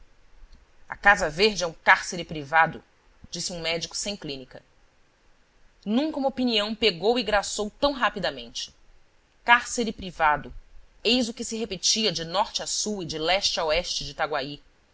a casa verde é um cárcere privado disse um médico sem clínica nunca uma opinião pegou e grassou tão rapidamente cárcere privado eis o que se repetia de norte a sul e de leste a oeste de itaguaí